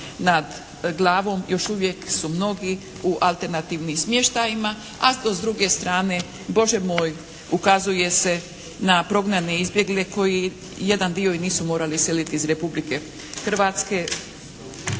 nad glavom. Još uvijek su mnogi u alternativnim smještajima. A dok s druge strane, Bože moj ukazuje se na prognane i izbjegle koji jedan dio i nisu morali iseliti iz Republike Hrvatske